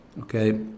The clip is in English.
Okay